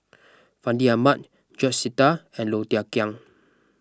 Fandi Ahmad George Sita and Low Thia Khiang